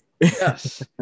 Yes